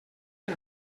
que